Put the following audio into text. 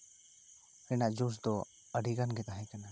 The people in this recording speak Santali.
ᱨᱮᱱᱟᱜ ᱡᱳᱥ ᱫᱚ ᱟᱹᱰᱤ ᱜᱟᱱ ᱜᱮ ᱛᱟᱦᱮᱸ ᱠᱟᱱᱟ